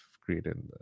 created